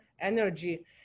energy